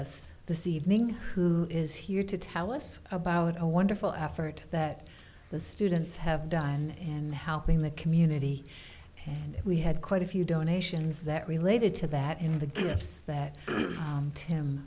us this evening who is here to tell us about a wonderful effort that the students have done in helping the community we had quite a few donations that related to that in the gifts that